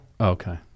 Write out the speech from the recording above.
Okay